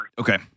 Okay